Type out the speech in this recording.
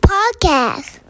Podcast